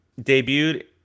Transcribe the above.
debuted